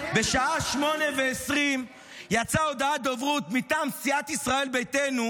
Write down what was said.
בשעה 20:20 יצאה הודעת דוברות מטעם סיעת ישראל ביתנו,